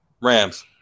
Rams